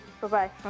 bye-bye